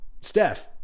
Steph